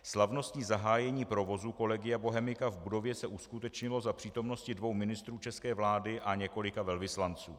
Slavnostní zahájení provozu Collegia Bohemica v budově se uskutečnilo za přítomnosti dvou ministrů české vlády a několika velvyslanců.